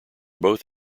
both